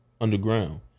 underground